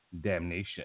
Damnation